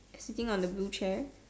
sitting on the blue chair